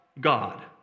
God